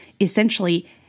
essentially